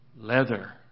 leather